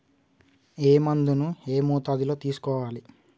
ఏ మందును ఏ మోతాదులో తీసుకోవాలి?